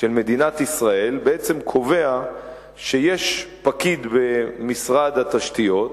של מדינת ישראל בעצם קובע שיש פקיד במשרד התשתיות,